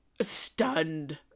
Stunned